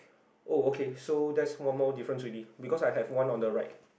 oh okay so that's one more difference already because I have one on the right